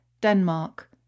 Denmark